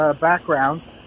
backgrounds